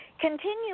continue